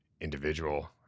individual